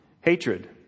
Hatred